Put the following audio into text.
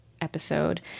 episode